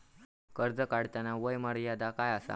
कर्ज काढताना वय मर्यादा काय आसा?